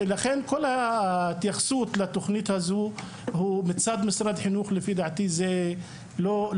לכן כל ההתייחסות לתוכנית הזו הוא לפי דעתי מצד משרד החינוך לא רציני,